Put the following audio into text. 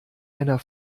einer